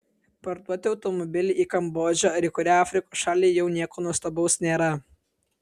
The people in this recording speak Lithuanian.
parduoti automobilį į kambodžą ar į kurią afrikos šalį jau nieko nuostabaus nėra